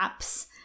apps